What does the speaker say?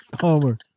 Homer